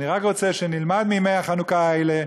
אני רק רוצה שנלמד מימי החנוכה האלה,